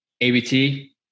ABT